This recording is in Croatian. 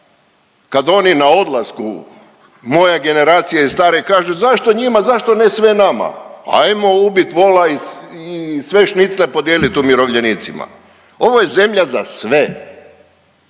kad oni na odlasku, moja generacija i stariji, kažu zašto njima, zašto ne sve nama, ajmo ubit vola i sve šnicle podijelit umirovljenicima. Ovo je zemlja za sve,